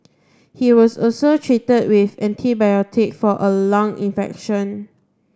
he was also treated with antibiotics for a lung infection